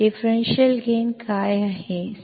विभेदक लाभ काय आहे